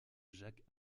jacques